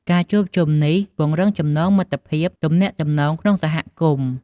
ការជួបជុំនេះជួយពង្រឹងចំណងមិត្តភាព និងទំនាក់ទំនងក្នុងសហគមន៍។